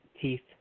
teeth